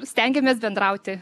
stengiamės bendrauti